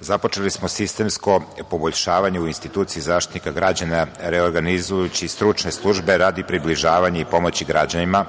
započeli smo sistemsko poboljšavanje u instituciji Zaštitnika građana reorganizujući stručne službe radi približavanja i pomoći građanima